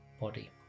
body